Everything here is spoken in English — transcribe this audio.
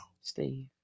Steve